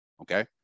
okay